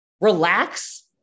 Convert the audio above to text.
relax